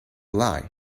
lie